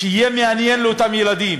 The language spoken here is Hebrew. שיהיה מעניין לאותם ילדים.